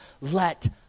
Let